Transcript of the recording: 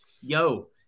Yo